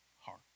heart